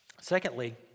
Secondly